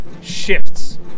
shifts